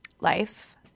life